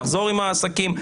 לחזור עם העסקים.